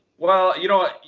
well, you know,